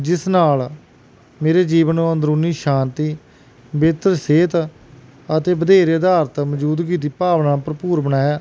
ਜਿਸ ਨਾਲ ਮੇਰੇ ਜੀਵ ਨੂੰ ਅੰਦਰੂਨੀ ਸ਼ਾਂਤੀ ਬਿਹਤਰ ਸਿਹਤ ਅਤੇ ਵਧੇਰੇ ਆਧਾਰਿਤ ਮੌਜੂਦਗੀ ਦੀ ਭਾਵਨਾ ਭਰਪੂਰ ਬਣਾਇਆ